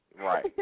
Right